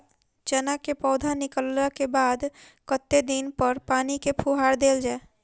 चना केँ पौधा निकलला केँ बाद कत्ते दिन पर पानि केँ फुहार देल जाएँ?